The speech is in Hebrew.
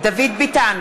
דוד ביטן,